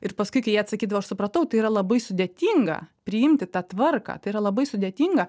ir paskui kai jie atsakydavo aš supratau tai yra labai sudėtinga priimti tą tvarką tai yra labai sudėtinga